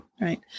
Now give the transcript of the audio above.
Right